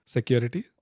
Security